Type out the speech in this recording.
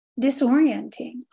disorienting